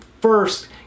first